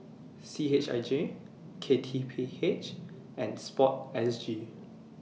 C H I J K T P H and Sport S G